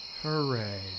Hooray